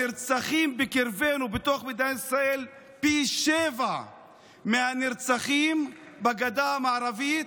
הנרצחים בקרבנו בתוך מדינת ישראל הם פי שבעה מהנרצחים בגדה המערבית,